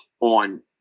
on